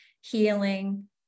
healing